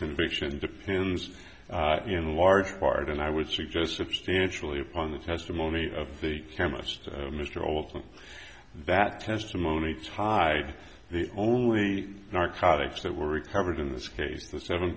conviction depends in large part and i would suggest substantially upon the testimony of the chemist mr olson that testimony tied the only narcotics that were recovered in this case the seven